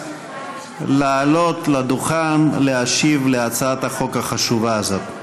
לעלות לדוכן ולהשיב על הצעת החוק החשובה הזאת.